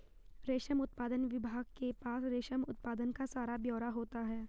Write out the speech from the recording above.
रेशम उत्पादन विभाग के पास रेशम उत्पादन का सारा ब्यौरा होता है